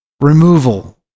removal